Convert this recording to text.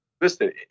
Listen